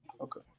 okay